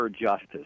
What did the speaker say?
justice